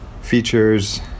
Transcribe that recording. Features